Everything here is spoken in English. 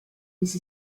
his